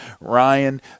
ryan